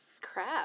crap